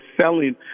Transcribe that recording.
selling